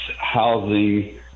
housing